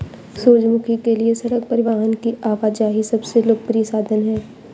सूरजमुखी के लिए सड़क परिवहन की आवाजाही सबसे लोकप्रिय साधन है